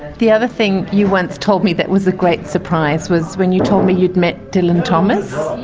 the other thing you once told me that was a great surprise was when you told me you had met dylan thomas.